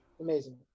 Amazing